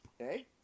okay